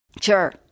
Sure